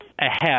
ahead